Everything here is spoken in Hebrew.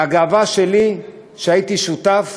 והגאווה שלי, שהייתי שותף